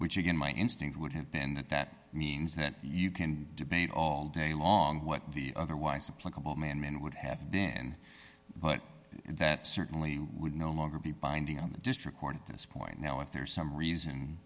which again my instinct would have been that that means that you can debate all day long what the otherwise supply man man would have been but that certainly would no longer be binding on the district court at this point now if there is some reason